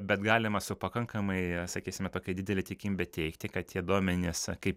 bet galima su pakankamai sakysime tokia didele tikimybe teigti kad tie duomenys kaip